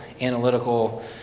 analytical